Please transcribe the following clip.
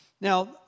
Now